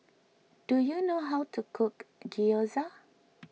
do you know how to cook Gyoza